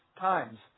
times